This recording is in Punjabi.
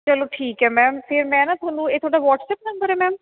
ਚਲੋ ਠੀਕ ਹੈ ਮੈਮ ਫਿਰ ਮੈਂ ਨਾ ਤੁਹਾਨੂੰ ਇਹ ਤੁਹਾਡਾ ਵੱਅਟਸਅੱਪ ਨੰਬਰ ਹੈ ਮੈਮ